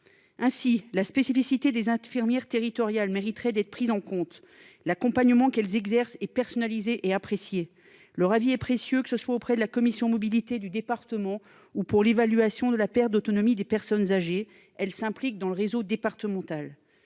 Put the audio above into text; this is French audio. Ainsi la spécificité des infirmières territoriale mériterait d'être en compte l'accompagnement qu'elles exercent et personnalisée et apprécier leur avis et précieux que ce soit auprès de la commission Mobilité du département ou pour l'évaluation de la perte d'autonomie des personnes âgées, elle s'implique dans le réseau départemental